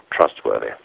trustworthy